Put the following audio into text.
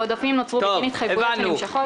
העודפים נוצרו בגין התחייבות שנמשכות.